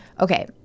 Okay